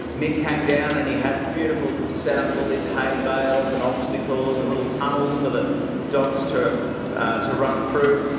nick came down and he had a beautiful setup with all these hay bales and obstacles and little tunnels for the dogs to to run through.